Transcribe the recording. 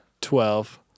Twelve